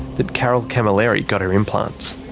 that carol camilleri got her implants.